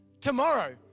Tomorrow